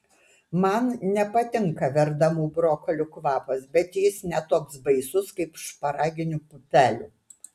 man nepatinka verdamų brokolių kvapas bet jis ne toks baisus kaip šparaginių pupelių